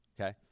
Okay